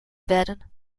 werden